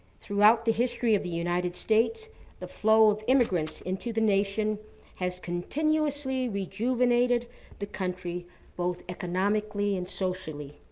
throughout the history of the united states the flow of immigrants into the nation has continuously rejuvenated the country both economically and socially.